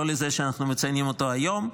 לא לזה שאנחנו מציינים אותו היום.